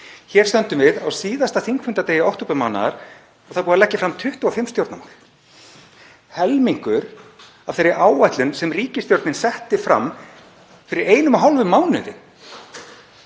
Hér stöndum við á síðasta þingfundardegi októbermánaðar og það er búið að leggja fram 25 stjórnarmál. Helmingur af þeirri áætlun sem ríkisstjórnin setti fram fyrir einum og hálfum mánuði.